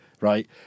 right